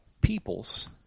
people's